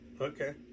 Okay